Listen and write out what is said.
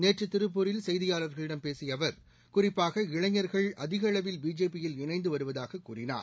நேற்றுதிருப்பூரில் செய்தியாளர்களிடம் பேசியஅவர் குறிப்பாக இளைஞர்கள் அதிகஅளவில் பிஜேபி யில் இணைந்துவருவதாககூறினார்